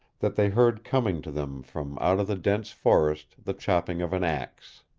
that they heard coming to them from out of the dense forest the chopping of an axe.